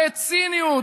בציניות,